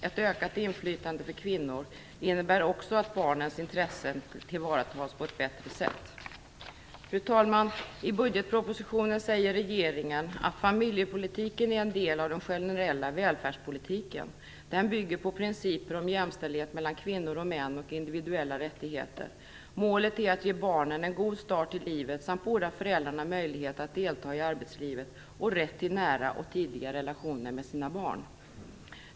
Ett ökat inflytande för kvinnor innebär också att barnens intressen tillvaratas på ett bättre sätt. Fru talman! I budgetpropositionen säger regeringen: "Familjepolitiken är en del av den generella välfärdspolitiken. Den bygger på principer om jämställdhet mellan kvinnor och män och individuella rättigheter. Målet är att ge barnen en god start i livet samt båda föräldrarna möjlighet att delta i arbetslivet och rätt till nära och tidiga relationer med sina barn."